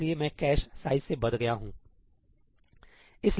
इसलिए मैं cache size से बंध गया हूं